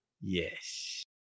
Yes